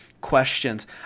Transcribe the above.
questions